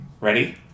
Ready